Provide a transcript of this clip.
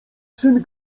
syn